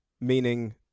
Meaning